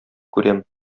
күрәм